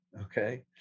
okay